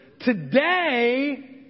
Today